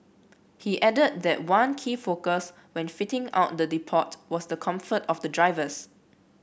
he added that one key focus when fitting out the depot was the comfort of the drivers